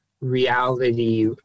reality